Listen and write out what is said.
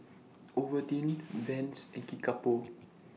Ovaltine Vans and Kickapoo